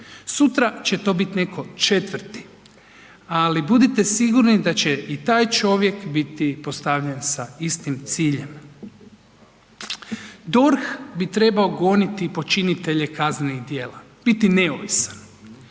Sutra će to biti netko četvrti, ali budite sigurni da će i taj čovjek biti postavljen sa istim ciljem. DORH bi trebao goniti počinitelje kaznenih djela, biti neovisan,